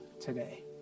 today